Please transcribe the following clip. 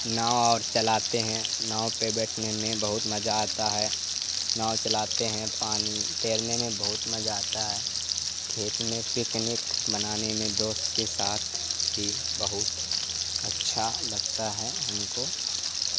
now اور چلاتے ہیں ناؤ پہ بیٹھنے میں بہت مزہ آتا ہے ناؤ چلاتے ہیں پانی تیرنے میں بہت مزہ آتا ہے کھیت میں پکنک بنانے میں دوست کے ساتھ بھی بہت اچھا لگتا ہے ہم کو